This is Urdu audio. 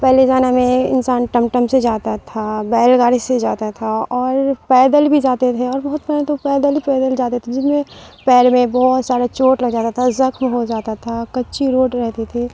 پہلے زمانے میں انسان ٹم ٹم سے جاتا تھا بیل گاڑی سے جاتا تھا اور پیدل بھی جاتے تھے اور بہت پہلے تو پیدل ہی پیدل جاتے تھے جن میں پیر میں بہت سارا چوٹ لگ جاتا تھا زخم ہو جاتا تھا کچی روڈ رہتی تھی